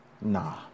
Nah